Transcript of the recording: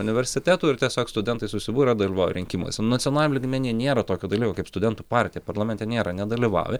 universitetų ir tiesiog studentai susibūrę dalyvauja rinkimuose nacionaliniam lygmeny nėra tokio dalyko kaip studentų partija parlamente nėra nedalyvauja